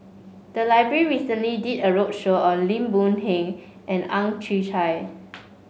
the library recently did a roadshow on Lim Boon Heng and Ang Chwee Chai